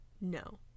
no